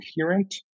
coherent